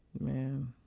Man